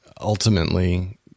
ultimately